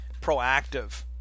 proactive